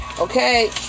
Okay